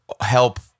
help